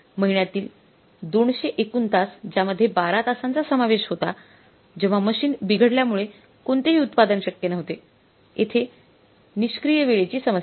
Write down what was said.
महिन्यातील 200 एकूण तास ज्यामध्ये 12 तासांचा समावेश होता जेव्हा मशीन बिघडल्यामुळे कोणतेही उत्पादन शक्य नव्हते येथे निष्क्रिय वेळेची समस्या आहे